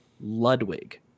Ludwig